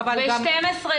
מה שהציג פרופ'